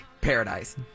Paradise